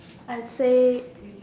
I say